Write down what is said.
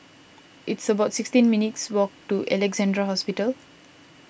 it's about sixteen minutes' walk to Alexandra Hospital